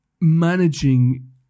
managing